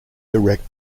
direct